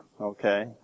okay